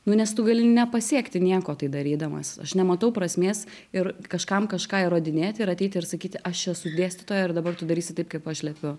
nu nes tu gali nepasiekti nieko tai darydamas aš nematau prasmės ir kažkam kažką įrodinėti ir ateiti ir sakyti aš esu dėstytoja ir dabar tu darysi taip kaip aš liepiu